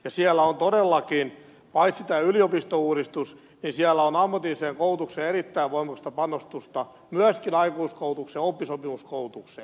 siellä on todellakin paitsi tämä yliopistouudistus myös ammatilliseen koulutukseen erittäin voimakasta panostusta myöskin aikuiskoulutukseen ja oppisopimuskoulutukseen